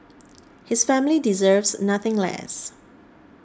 his family deserves nothing less